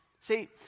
See